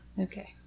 Okay